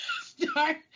start